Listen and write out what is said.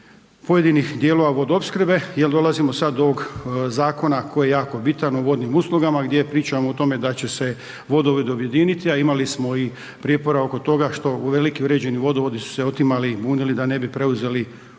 pojedinih dijelova vodoopskrbe jel dolazimo sad do ovog zakona koji je jako bitan, o vodnim uslugama gdje pričamo o tome da će se vodovodi objediniti, a imali smo i prijepora oko toga što uvelike uređeni vodovodi su se otimali i bunili da ne bi preuzeli male